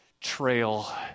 trail